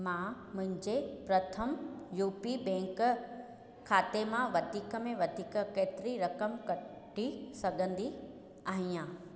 मां मुंहिंजे Prathama UP bank खाते मां वधीक में वधीक केतिरी रक़म कढी सघंदी आहियां